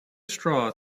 straw